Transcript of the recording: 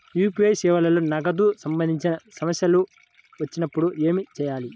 UPI సేవలలో నగదుకు సంబంధించిన సమస్యలు వచ్చినప్పుడు ఏమి చేయాలి?